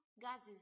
gases